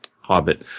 Hobbit